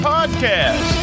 Podcast